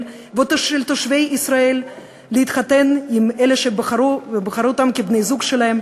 ושל תושבי ישראל להתחתן עם אלה שהם בחרו לבני-זוג שלהם,